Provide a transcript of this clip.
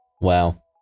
Wow